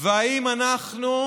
האם אפשר להגיד שאנחנו,